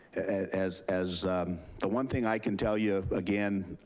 as as the one thing i can tell you, again,